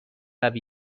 روی